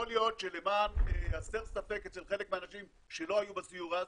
יכול להיות שלמען הסר ספק אצל חלק מהאנשים שלא היו בסיור אז,